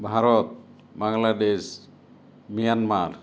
Bharat Bangladesh Myanmar